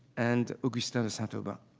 and augustin de saint-aubin.